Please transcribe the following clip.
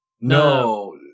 no